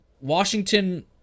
washington